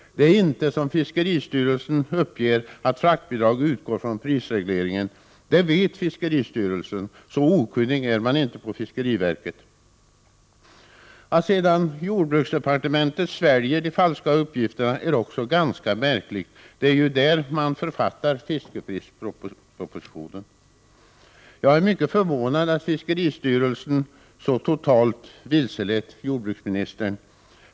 Det är inte så som fiskeristyrelsen uppger, att fraktbidrag utgår från fiskprisregleringen. Det vet fiskeristyrelsen. Så okunnig är man inte på fiskeriverket. Att sedan jordbruksdepartementet sväljer de falska uppgifterna är också ganska märkligt. Det är ju där man författar fiskprispropositionen. Jag är mycket förvånad över att fiskeristyrelsen så totalt vilselett jordbruksministern.